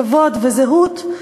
כבוד וזהות,